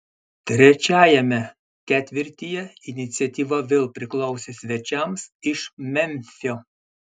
trečiajame ketvirtyje iniciatyva vėl priklausė svečiams iš memfio